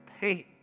pain